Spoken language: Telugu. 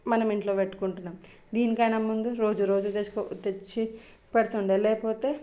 మనం ఇంట్లో పెట్టుకుంటున్నాం దీనికైనా ముందు రోజు రోజు తెచ్చుకో తెచ్చి పెడుతుండే లేకపోతే